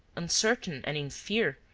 uncertain and in fear,